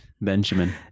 Benjamin